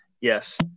yes